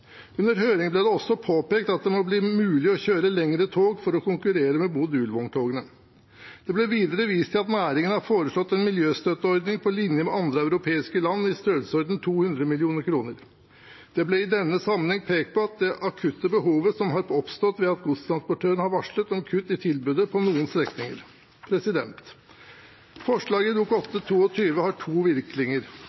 Under høringen ble det også påpekt at det må bli mulig å kjøre lengre tog for å konkurrere med modulvogntogene. Det ble videre vist til at næringen har foreslått en miljøstøtteordning på linje med andre europeiske land i størrelsesorden 200 mill. kr. Det ble i denne sammenheng pekt på det akutte behovet som har oppstått ved at godstransportørene har varslet om kutt i tilbudet på noen strekninger. Forslagene i